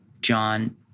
John